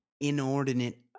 inordinate